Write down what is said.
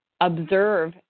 observe